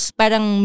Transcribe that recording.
parang